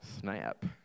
snap